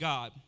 God